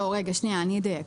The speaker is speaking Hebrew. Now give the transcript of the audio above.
שנייה, אני אדייק.